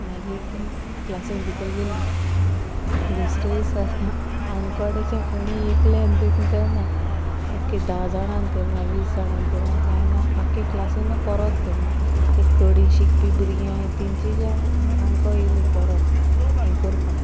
मागीर क्लासी भितू गेलीं दुसरे दिसा आमकोडेच्या कोणी एकल्यान देखून केलोना ओके धा जाणांन केलोना वीस जाणांन केलोना कांय ना आखे क्लासीनू पोरोत केलोना एक थोडीं शिकपी भुरगीं आहाय तेंचे ज्या आनको येयलीं पोरोत हें करपाक